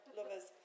lovers